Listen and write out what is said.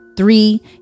Three